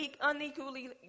unequally